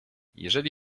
jeżeli